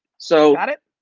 so got it?